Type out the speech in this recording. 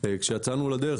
כאשר יצאנו לדרך,